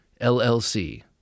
LLC